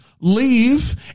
leave